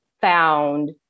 found